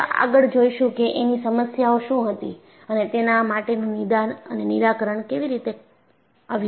આપણે આગળ જોઈશું કે એની સમસ્યાઓ શું હતી અને તેના માટેનું નિદાન અને નિરાકરણ કેવી રીતે આવ્યું હતું